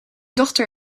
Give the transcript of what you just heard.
dochter